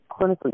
Clinically